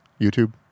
YouTube